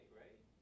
right